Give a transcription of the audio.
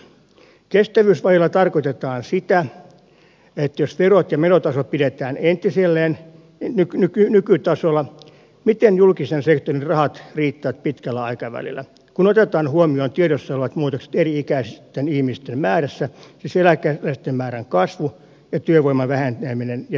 kestävyysvajeella tarkoitetaan sitä että jos verot ja menotasot pidetään nykytasolla miten julkisen sektorin rahat riittävät pitkällä aikavälillä kun otetaan huomioon tiedossa olevat muutokset eri ikäisten ihmisten määrässä siis eläkeläisten määrän kasvu ja työvoiman väheneminen ja siirtolaisuus